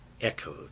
echoed